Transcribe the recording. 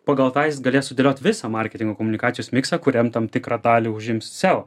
pagal tą jis gali sudėliot visą marketingo komunikacijos miksą kuriam tam tikrą dalį užims seo